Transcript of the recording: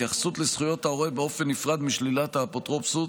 התייחסות לזכויות ההורה באופן נפרד משלילת האפוטרופסות